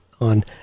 on